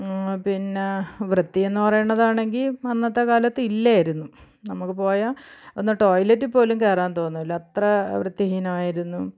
പിന്നെ വൃത്തിയെന്ന് പറയുന്നതാണെങ്കിൽ അന്നത്തെ കാലത്ത് ഇല്ലായിരുന്നു നമുക്ക് പോയാൽ ഒന്ന് ടോയ്ലറ്റിൽ പോലും കയറാൻ തോന്നില്ല അത്ര വൃത്തിഹീനമായിരുന്നു